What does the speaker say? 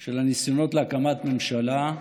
של הניסיונות להקמת ממשלה,